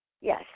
Yes